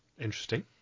Interesting